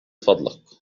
فضلك